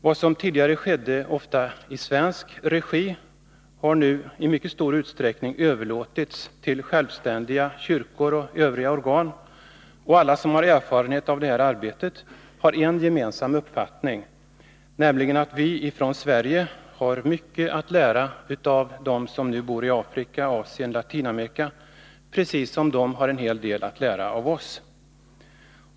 Vad som tidigare ofta skedde i svensk regi har nu i mycket stor utsträckning överlåtits till självständiga kyrkor och övriga organ. Alla som har erfarenhet av detta arbete har en gemensam uppfattning, nämligen att vi i Sverige har mycket att lära av dem som bor i Afrika, Asien och Latinamerika, precis som de har en del att lära av oss.